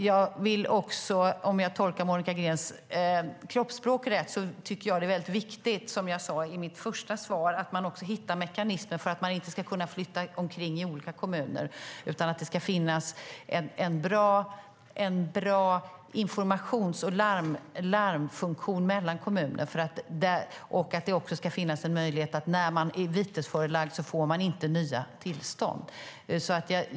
Jag tycker att det är viktigt, som jag sade i mitt första svar, att man hittar mekanismer så att det inte ska gå att flytta omkring i olika kommuner utan att det ska finnas en bra informations och larmfunktion mellan kommuner och också att den som är vitesförelagd inte ska få nya tillstånd.